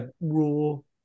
rule